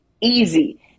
easy